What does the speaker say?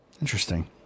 Interesting